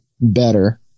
better